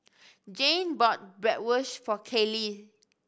Jayne bought Bratwurst for Kayleigh